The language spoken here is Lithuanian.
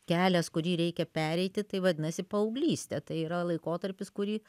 kelias kurį reikia pereiti tai vadinasi paauglystė tai yra laikotarpis kurį